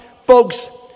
folks